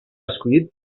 escollit